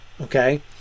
Okay